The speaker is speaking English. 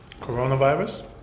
Coronavirus